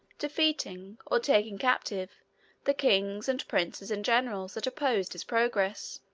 defeating or taking captive the kings, and princes, and generals that opposed his progress.